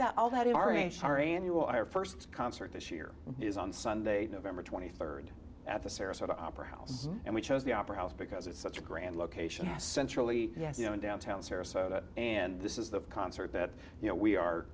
our first concert this year is on sunday november twenty third at the sarasota opera house and we chose the opera house because it's such a grand location centrally yes you know in downtown sarasota and this is the concert that you know we are